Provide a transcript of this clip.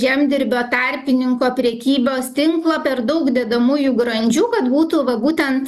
žemdirbio tarpininko prekybos tinklo per daug dedamųjų grandžių kad būtų va būtent